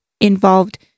involved